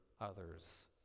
others